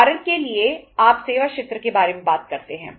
उदाहरण के लिए आप सेवा क्षेत्र के बारे में बात करते हैं